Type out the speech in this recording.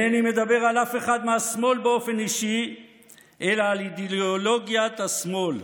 אינני מדבר על אף אחד מהשמאל באופן אישי אלא על אידיאולוגיית השמאל.